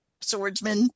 Swordsman